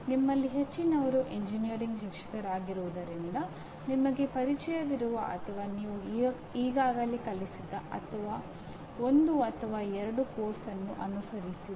ನಿಮ್ಮಲ್ಲಿ ಹೆಚ್ಚಿನವರು ಎಂಜಿನಿಯರಿಂಗ್ ಶಿಕ್ಷಕರಾಗಿರುವುದರಿಂದ ನಿಮಗೆ ಪರಿಚಯವಿರುವ ಅಥವಾ ನೀವು ಈಗಾಗಲೇ ಕಲಿಸಿದ ಒಂದು ಅಥವಾ ಎರಡು ಪಠ್ಯಕ್ರಮವನ್ನು ಆರಿಸುತ್ತೀರಿ